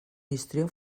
histrió